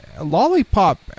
Lollipop